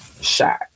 shot